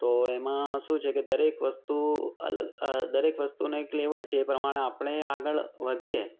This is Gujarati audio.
તો એમાં શું છે કે દરેક વસ્તુ અલગ દરેક વસ્તુનું એક લેવલ છે એ પ્રમાણે આપણે આગળ વધીએ